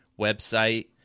website